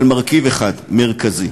אבל מרכיב אחד מרכזי,